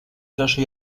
جاشو